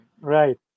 Right